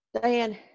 Diane